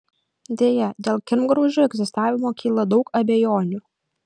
deja dėl kirmgraužų egzistavimo kyla daug abejonių